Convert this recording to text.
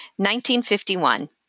1951